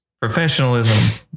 professionalism